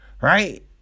Right